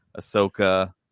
Ahsoka